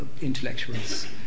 intellectuals